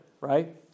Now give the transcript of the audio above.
right